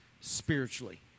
spiritually